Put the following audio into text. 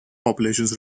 populations